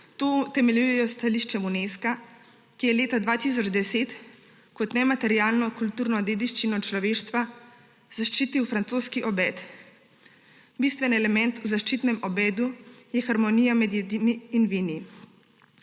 To utemeljujejo s stališčem Unesca, ki je leta 2010 kot nematerialno kulturno dediščino človeštva zaščitil francoski obed. Bistveni element v zaščitenem obedu je harmonija med jedmi in vini.